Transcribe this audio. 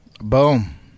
Boom